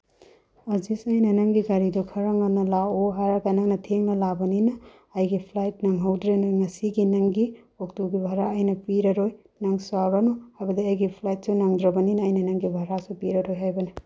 ꯑꯖꯤꯁ ꯑꯩꯅ ꯅꯪꯒꯤ ꯒꯥꯔꯤꯗꯣ ꯈꯔ ꯉꯟꯅ ꯂꯥꯛꯑꯣ ꯍꯥꯏꯔꯒ ꯅꯪꯅ ꯊꯦꯡꯅ ꯂꯥꯛꯑꯕꯅꯤꯅ ꯑꯩꯒꯤ ꯐ꯭ꯂꯥꯏꯠ ꯅꯪꯍꯧꯗ꯭ꯔꯦ ꯅꯪ ꯉꯁꯤꯒꯤ ꯅꯪꯒꯤ ꯑꯣꯛꯇꯣꯒꯤ ꯕꯥꯔꯥ ꯑꯩꯅ ꯄꯤꯔꯔꯣꯏ ꯅꯪ ꯁꯥꯎꯔꯅꯨ ꯍꯥꯏꯕꯗꯤ ꯑꯩꯒꯤ ꯐ꯭ꯂꯥꯏꯠꯁꯨ ꯅꯪꯗ꯭ꯔꯕꯅꯤꯅ ꯑꯩꯅ ꯅꯪꯒꯤ ꯕꯥꯔꯥꯁꯨ ꯄꯤꯔꯔꯣꯏ ꯍꯥꯏꯕꯅꯤ